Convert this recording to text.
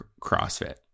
crossfit